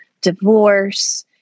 divorce